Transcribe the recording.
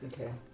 Okay